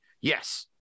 Yes